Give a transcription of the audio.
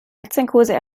aktienkurse